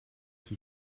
qui